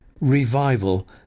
revival